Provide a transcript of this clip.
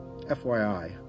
FYI